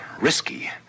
risky